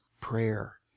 prayer